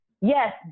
Yes